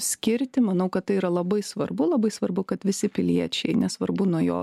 skirti manau kad tai yra labai svarbu labai svarbu kad visi piliečiai nesvarbu nuo jo